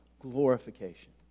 glorification